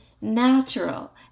natural